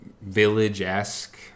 village-esque